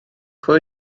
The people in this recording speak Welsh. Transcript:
pwy